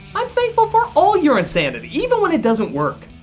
i'm thankful for all your insanity, even when it doesn't work.